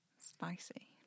Spicy